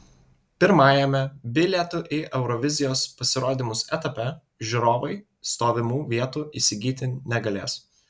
pirmajame bilietų į eurovizijos pasirodymus etape žiūrovai stovimų bilietų įsigyti negalės